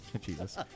Jesus